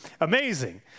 amazing